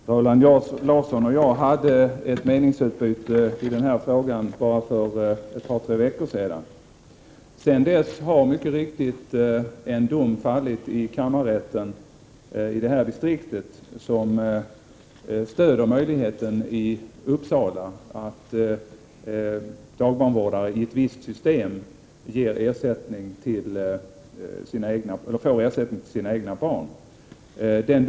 Herr talman! Roland Larsson och jag hade ett meningsutbyte i den här frågan för bara ett par tre veckor sedan. Sedan dess har mycket riktigt en dom fallit i kammarrätten i det här distriktet som stöder möjligheten att dagbarnvårdare i ett visst system får ersättning för sina egna barn.